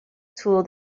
tool